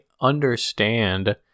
understand